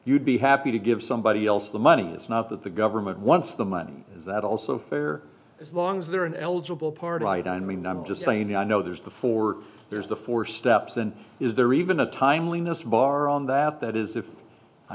you'd be happy to give somebody else the money it's not that the government once the money is that also fair as long as they're an eligible part of it i mean i'm just saying i know there's before there's the four steps and is there even a timeliness bar on that that is if i